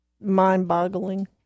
mind-boggling